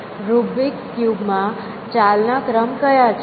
Rubik's cube માં ચાલ ના ક્રમ કયા છે